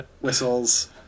whistles